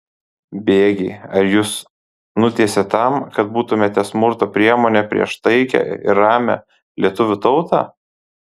bėgiai ar jus nutiesė tam kad būtumėte smurto priemonė prieš taikią ir ramią lietuvių tautą